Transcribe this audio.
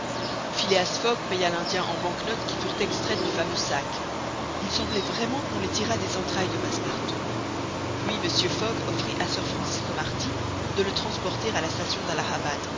phileas fogg paya l'indien en bank notes qui furent extraites du fameux sac il semblait vraiment qu'on les tirât des entrailles de passepartout puis mr fogg offrit à sir francis cromarty de le transporter à la station